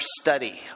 study